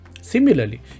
Similarly